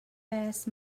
ask